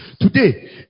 Today